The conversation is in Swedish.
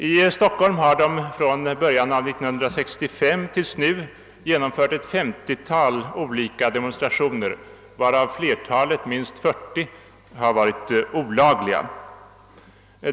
I Stockholm har de grupperna från början av 1965 till nu genomfört ett 50-tal olika demonstrationer varav minst 40 olagliga.